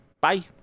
Bye